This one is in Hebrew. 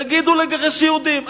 תגידו לגרש יהודים,